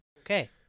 Okay